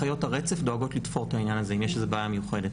אחריות הרצף דואגות לתפור את העניין הזה אם יש איזו בעיה מיוחדת.